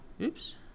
Oops